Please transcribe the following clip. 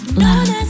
love